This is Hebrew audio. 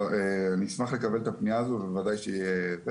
אני אשמח לקבל את הפנייה הזו בוודאי שיהיה.